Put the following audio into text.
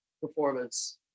performance